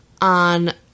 on